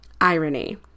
irony